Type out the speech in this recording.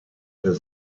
del